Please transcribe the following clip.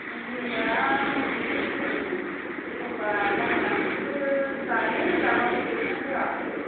मुलिया मतामति जों एखनबा बायनानैबो जायो जाबाबो एक्स'न होवाखै